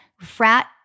frat –